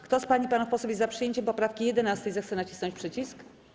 Kto z pań i panów posłów jest za przyjęciem poprawki 11., zechce nacisnąć przycisk.